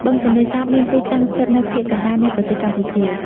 បឹងទន្លេសាបមានទីតាំងស្ថិតនៅភាគកណ្តាលនៃប្រទេសកម្ពុជា។